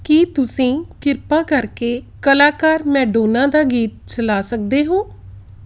ਕੀ ਤੁਸੀਂ ਕਿਰਪਾ ਕਰਕੇ ਕਲਾਕਾਰ ਮੈਡੋਨਾ ਦਾ ਗੀਤ ਚਲਾ ਸਕਦੇ ਹੋ